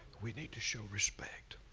we need to show respect